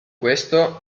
questo